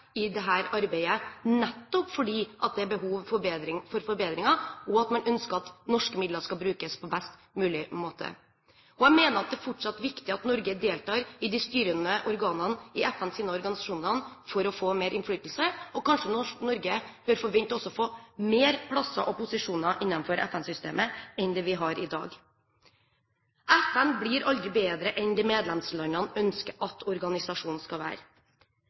i dette arbeidet, nettopp fordi det er behov for forbedringer, og fordi man ønsker at norske midler skal brukes på best mulig måte. Jeg mener at det fortsatt er viktig at Norge deltar i de styrende organene i FNs organisasjoner for å få mer innflytelse. Kanskje Norge også bør forvente å få flere plasser og posisjoner innenfor FN-systemet enn det vi har i dag. FN blir aldri bedre enn det medlemslandene ønsker at organisasjonen skal være.